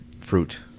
fruit